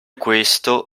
questo